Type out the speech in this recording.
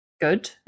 good